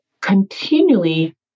continually